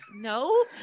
No